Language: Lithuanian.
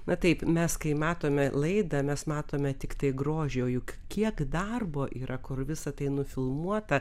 na taip mes kai matome laidą mes matome tiktai grožį o juk kiek darbo yra kur visa tai nufilmuota